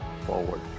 forward